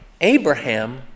Abraham